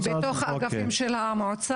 כן, בתוך האגפים של המועצה.